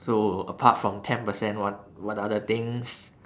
so apart from ten percent what what other things